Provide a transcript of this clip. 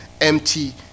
empty